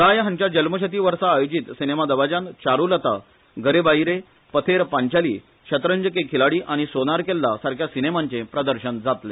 राय हांच्या जल्मशती वर्सा आयोजित सिनेमा दबाज्यान चारूलता घरे बाईरे पथेर पांचाली शतरंज के खिलाडी आनी सोनार केल्ला सारख्या सिनेमांचे प्रदर्शन जातले